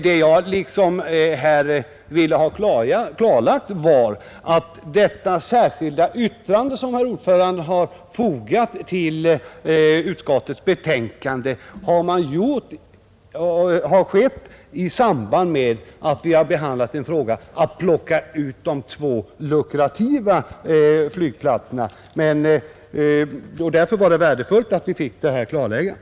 Vad jag här ville ha klarlagt var att det särskilda yttrande som herr ordföranden har fogat till utskottets betänkande har tillkommit i samband med att vi har behandlat frågan om att plocka ut de två lukrativa flygplatserna. Därför var det värdefullt att vi fick detta klarläggande.